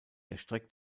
erstreckt